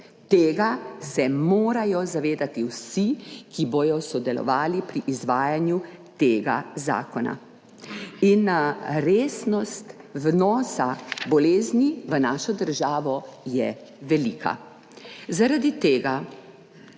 Tega se morajo zavedati vsi, ki bodo sodelovali pri izvajanju tega zakona. In resnost vnosa bolezni v našo državo je velika.